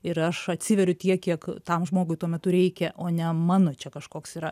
ir aš atsiveriu tiek kiek tam žmogui tuo metu reikia o ne mano čia kažkoks yra